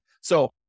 So-